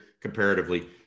comparatively